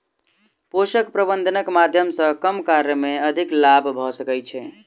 पोषक प्रबंधनक माध्यम सॅ कम कार्य मे अधिक लाभ भ सकै छै